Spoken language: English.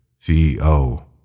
CEO